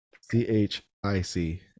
c-h-i-c